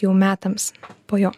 jau metams po jo